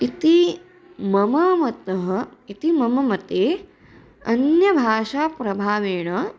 इति मम मतम् इति मम मते अन्यभाषाप्रभावेण